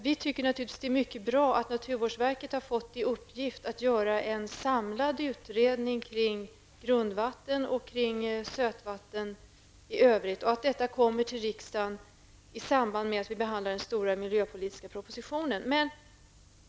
Vi tycker naturligtvis att det är mycket bra att naturvårdsverket har fått i uppgift att göra en samlad utredning kring grundvatten och sötvatten i övrigt och att detta kommer till riksdagen i samband med att vi behandlar den stora miljöpolitiska propositionen.